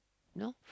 no